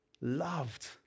loved